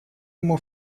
ему